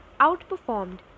outperformed